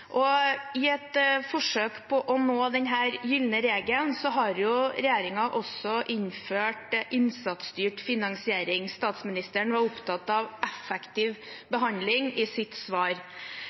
I et forsøk på å nå den gylne regelen har regjeringen også innført innsatsstyrt finansiering. Statsministeren var opptatt av effektiv behandling i sitt svar.